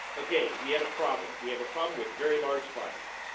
ok, we have a problem. we have a problem with very large files.